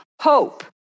hope